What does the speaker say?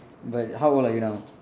but how old are you now